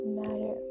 matter